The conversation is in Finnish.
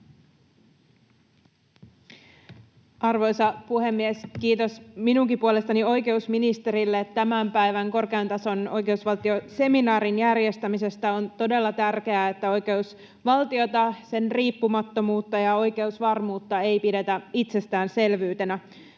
Arvoisa puhemies! Kiitos minunkin puolestani oikeusministerille tämän päivän korkean tason oikeusvaltioseminaarin järjestämisestä. On todella tärkeää, että oikeusvaltiota, sen riippumattomuutta ja oikeusvarmuutta, ei pidetä itsestäänselvyytenä.